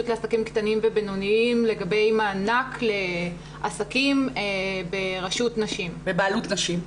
לעסקים קטנים ובינוניים לגבי מענק לעסקים בבעלות נשים.